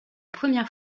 première